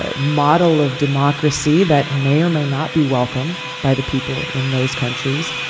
ah model of democracy that may or may not be welcome by the people in those countries.